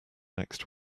next